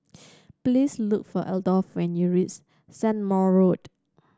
please look for Adolf when you reach Strathmore Road